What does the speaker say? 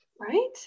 right